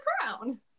crown